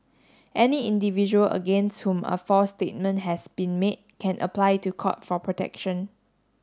any individual against whom a false statement has been made can apply to court for protection